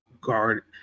guard